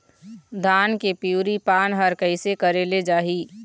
धान के पिवरी पान हर कइसे करेले जाही?